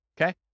Okay